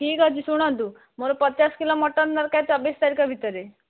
ଠିକ୍ ଅଛି ଶୁଣନ୍ତୁ ମୋର ପଚାଶ କିଲୋ ମଟନ୍ ଦରକାର ଚବିଶ ତାରିଖ ଭିତରେ